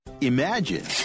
Imagine